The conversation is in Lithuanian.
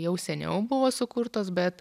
jau seniau buvo sukurtos bet